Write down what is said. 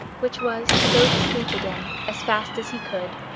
which was to go to sleep again as fast as he could.